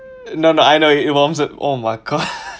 no no I know it warms it oh my god